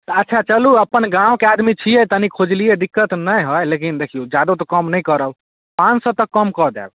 तऽ अच्छा चलू अपन गामके आदमी छिए तनि खोजलिए दिक्कत नहि हइ लेकिन देखिऔ जादो तऽ कम नहि करब पाँच सओ तऽ कम कऽ देब